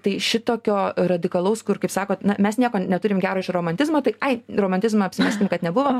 tai šitokio radikalaus kur kaip sakot na mes nieko neturim gero iš romantizmo tai ai romantizmą apsimeskim kad nebuvo